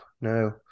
No